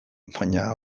baina